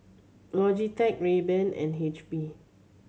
Logitech Rayban and H P